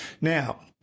Now